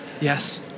Yes